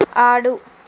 ఆడు